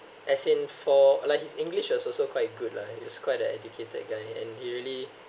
as in for like his english was also quite good lah he's quite an educated guy and he really